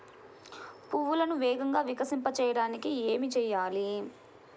పువ్వులను వేగంగా వికసింపచేయటానికి ఏమి చేయాలి?